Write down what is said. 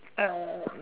uh